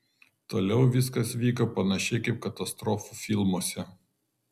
toliau viskas vyko panašiai kaip katastrofų filmuose